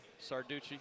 Sarducci